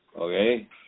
Okay